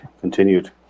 continued